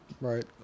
right